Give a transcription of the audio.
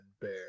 bear